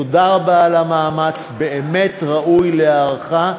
תודה רבה על המאמץ, באמת ראוי להערכה.